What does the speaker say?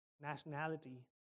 nationality